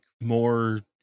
more